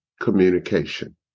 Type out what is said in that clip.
communication